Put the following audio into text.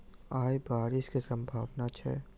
आय बारिश केँ सम्भावना छै?